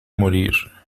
morir